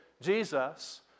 Jesus